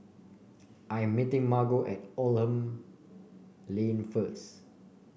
I'm meeting Margo at Oldham Lane first